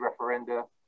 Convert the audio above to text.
referenda